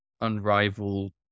unrivaled